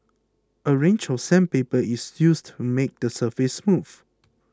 a range of sandpaper is used to make the surface smooth